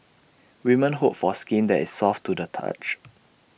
women hope for skin that is soft to the touch